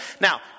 Now